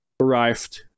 arrived